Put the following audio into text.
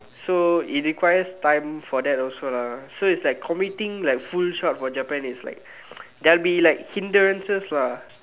so it requires time for that also lah so it's like committing like full shot for Japan is like there will be like hindrances lah